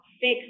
fix